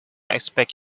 expect